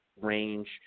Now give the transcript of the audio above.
range